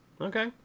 Okay